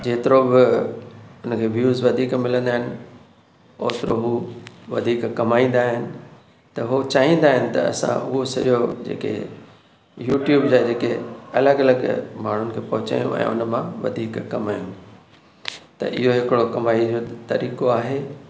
जेतिरो बि उनखे व्यूज़ वधीक मिलंदा आहिनि ओतिरो हू वधीक कमाईंदा आहिनि त उहो चाहींदा आहिनि त असां उहो सॼो जेके युट्यूब जा जेके अलॻि अलॻि माण्हुनि खे पहुचायूं ऐं हुन मां वधीक कमायूं त इहो हिकिड़ो कमाईअ जो तरीको आहे